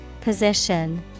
Position